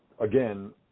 again